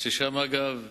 ששם, אגב,